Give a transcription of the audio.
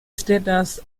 status